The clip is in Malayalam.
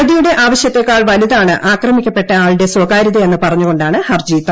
പ്രതിയുടെ ആവശ്യത്തെക്കാൾ വലുതാണ് ആക്രമിക്കപ്പെട്ടയാളുടെ സ്വകാര്യതയെന്ന് പറഞ്ഞുകൊണ്ടാണ് ഹർജി തള്ളിയത്